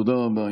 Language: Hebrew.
תודה רבה.